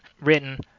written